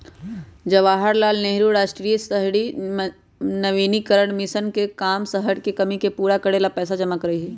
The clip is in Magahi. जवाहर लाल नेहरू राष्ट्रीय शहरी नवीकरण मिशन के काम शहर के कमी के पूरा करे ला पैसा जमा करे के हई